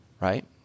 right